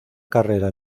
carrera